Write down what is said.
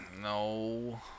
No